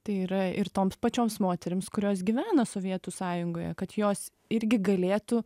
tai yra ir toms pačioms moterims kurios gyvena sovietų sąjungoje kad jos irgi galėtų